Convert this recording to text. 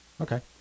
Okay